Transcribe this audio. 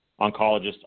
oncologists